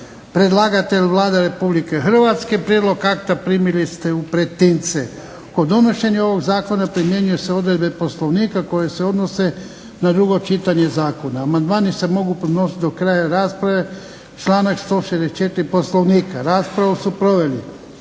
Predlagatelj Vlada Republike Hrvatske. Prijedlog akta primili ste u pretince. Kod donošenja ovog zakona primjenjuju se odredbe POslovnika koje se odnose na drugo čitanje zakona. Amandmani se mogu podnositi do kraja rasprave članak 164. POslovnika. Raspravu su proveli